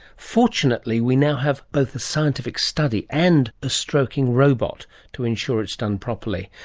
fortunately we now have both a scientific study and a stroking robot to ensure it's done properly.